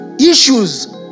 issues